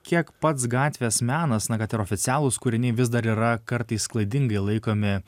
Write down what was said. kiek pats gatvės menas na kad ir oficialūs kūriniai vis dar yra kartais klaidingai laikomi